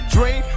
Dream